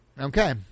Okay